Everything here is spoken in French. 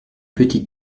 petit